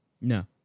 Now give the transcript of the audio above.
No